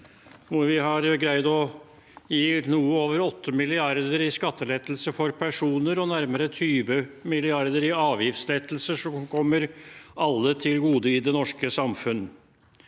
hvor vi har greid å gi noe over 8 mrd. kr i skattelettelser for personer og nærmere 20 mrd. kr i avgiftslettelser som kommer alle i det norske samfunn